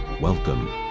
Welcome